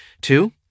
Two